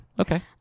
okay